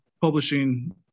publishing